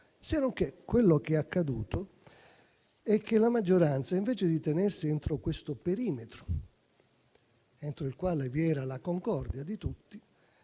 Senonché, quello che è accaduto è che la maggioranza, invece di tenersi dentro questo perimetro entro il quale vi era la concordia di tutti,